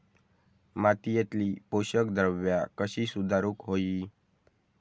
मातीयेतली पोषकद्रव्या कशी सुधारुक होई?